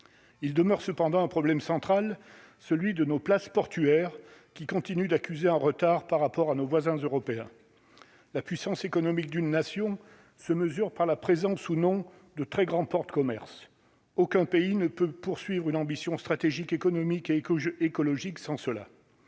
il demeure cependant un problème central, celui de nos places portuaires qui continuent d'accuser un retard par rapport à nos voisins européens, la puissance économique d'une nation se mesure par la présence ou non de très grands ports de commerce, aucun pays ne peut poursuivre une ambition stratégique, économique et comme je écologique sans cela